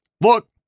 Look